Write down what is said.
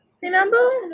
remember